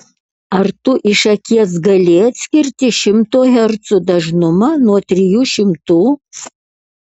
ar tu iš akies gali atskirti šimto hercų dažnumą nuo trijų šimtų